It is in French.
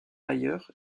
ailleurs